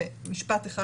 זה משפט אחד